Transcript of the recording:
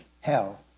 hell